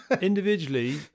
individually